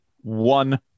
one